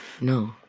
No